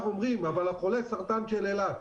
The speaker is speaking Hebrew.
אומרים "אבל מה עם חולי הסרטן של אילת".